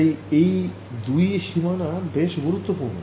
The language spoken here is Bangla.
তাই এই দুই সীমানা বেশ গুরুত্বপূর্ণ